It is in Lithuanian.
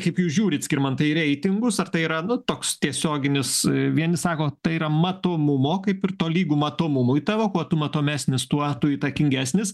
kaip jūs žiūrit skirmantai į reitingus ar tai yra nu toks tiesioginis vieni sako tai yra matomumo kaip ir tolygu matomumui tavo kuo tu matomesnis tuo tu įtakingesnis